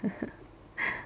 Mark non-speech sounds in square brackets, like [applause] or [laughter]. [laughs]